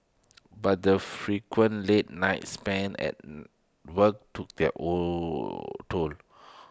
but the frequent late nights spent at work took their all toll